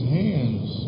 hands